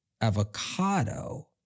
avocado